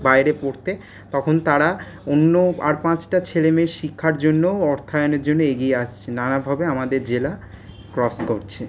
বাইরে পড়তে তখন তারা অন্য আর পাঁচটা ছেলেমেয়ের শিক্ষার জন্যও অর্থায়নের জন্য এগিয়ে আসছে নানাভাবে আমাদের জেলা ক্রস করছে